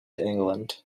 england